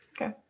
Okay